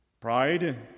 Pride